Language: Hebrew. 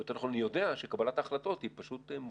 לגבי כל נושא הציוד: אנחנו מצוידים באופן מלא,